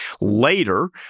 Later